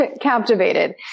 captivated